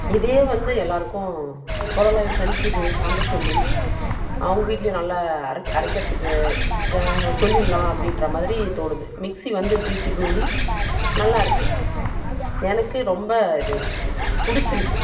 இதே வந்து எல்லாேருக்கும் சொல்லலாம் என் ஃப்ரெண்ட்ஸுக்கு வாங்க சொல்லி அவங்க வீட்லேயும் நல்லா அரச் அரைக்கிறதுக்கு சொல்லிடலாம் அப்படின்ற மாதிரி தோணுது மிக்சி வந்து ப்ரீத்தி ப்ளூ லீப் நல்லாயிருக்கு எனக்கு ரொம்ப இது பிடிச்சிருக்கு